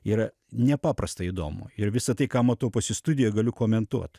yra nepaprastai įdomu ir visa tai ką matau pas jus studijoj galiu komentuot